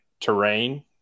terrain